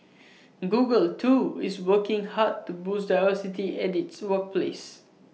Google too is working hard to boost diversity at its workplace